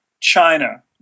China